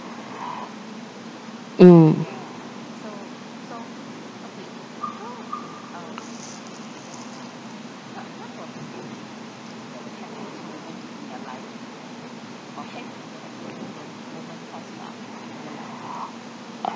mm